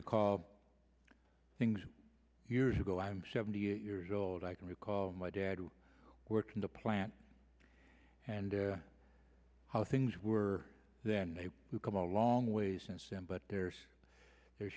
recall things years ago i'm seventy eight years old i can recall my dad who worked in the plant and how things were then may come a long way since then but there's there's